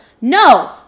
No